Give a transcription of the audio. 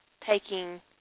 taking